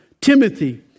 Timothy